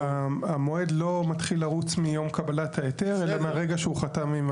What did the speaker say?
המועד לא מתחיל לרוץ מיום קבלת ההיתר אלא מהרגע שהוא חתם עם